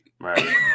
Right